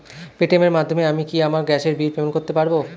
Paytm এর মাধ্যমে আমি কি আমার গ্যাসের বিল পেমেন্ট করতে পারব?